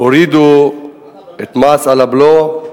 והורידו את המס על הבלו,